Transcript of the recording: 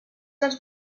els